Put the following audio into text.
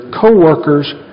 co-workers